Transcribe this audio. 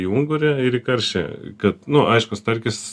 į ungurį ir karšį kad nu aišku starkis